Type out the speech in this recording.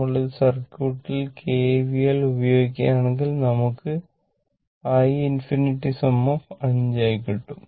നമ്മൾ ഈ സർക്യൂട്ടിൽ കെ വി എൽ ഉപയോഗിക്കുകയാണെങ്കിൽ നമുക്ക് i ∞ 5 ആയി കിട്ടും